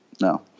No